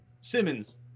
Simmons